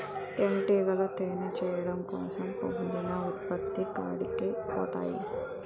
తేనిటీగలు తేనె చేయడం కోసం పుప్పొడి ఉత్పత్తి కాడికి పోతాయి